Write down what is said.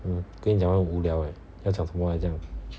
跟你讲话很无聊 leh 要讲什么这样